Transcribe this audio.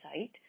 site